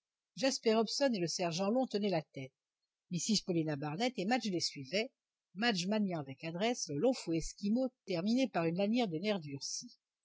jasper hobson et le sergent long tenaient la tête mrs paulina barnett et madge les suivaient madge maniant avec adresse le long fouet esquimau terminé par une lanière de nerf durci